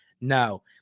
No